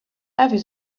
every